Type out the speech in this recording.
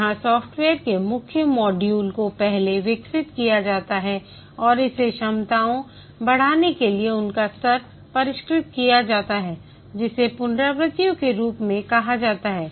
यहां सॉफ्टवेयर के मुख्य मॉड्यूल को पहले विकसित किया जाता है और इसे क्षमताओं बढ़ाने के लिए उनका स्तर परिष्कृत किया जाता है जिसे पुनरावृत्तियों के रूप में कहा जाता है